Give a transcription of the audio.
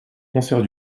concert